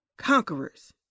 Conquerors